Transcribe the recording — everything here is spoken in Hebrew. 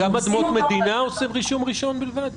גם באדמות מדינה עושים רישום בלבד?